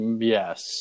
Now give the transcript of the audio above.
yes